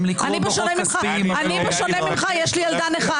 גם לקרוא דוחות כספיים את לא --- יש לי ילדה נכה,